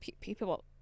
people